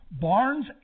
Barnes